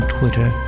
Twitter